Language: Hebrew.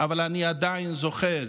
אבל אני עדיין זוכר,